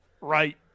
Right